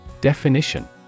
Definition